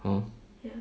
hor